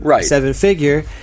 seven-figure